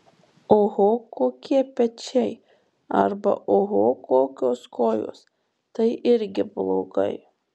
oho kokie pečiai arba oho kokios kojos tai irgi blogai